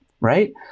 right